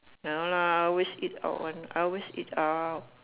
ya lah I always eat out one I always eat out